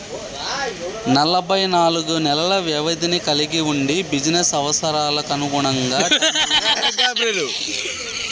ఎనబై నాలుగు నెలల వ్యవధిని కలిగి వుండి బిజినెస్ అవసరాలకనుగుణంగా టర్మ్ లోన్లు రూపొందించబడినయ్